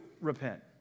repent